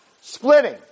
splitting